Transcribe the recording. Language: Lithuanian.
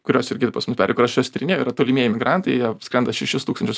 kurios irgi pas mus peri kur aš jas tyrinėju yra tolimieji migrantai jie skrenda šešis tūkstančius